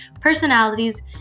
personalities